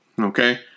okay